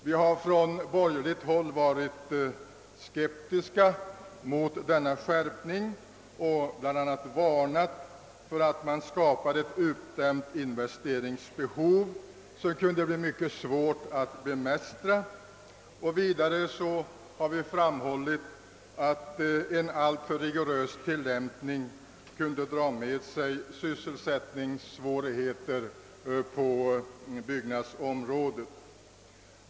Vi har från borgerligt håll varit skeptiska mot denna skärpning och bl.a. varnat för att man skapar ett uppdämt investeringsbehov som kan bli mycket svårt att bemästra. Vidare har vi framhållit att en alltför rigorös tillämpning kan dra med sig sysselsättningssvårigheter på byggnadsområdet.